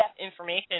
information